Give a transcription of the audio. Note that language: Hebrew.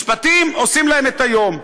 משפטים עושים להם את היום.